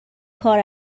کار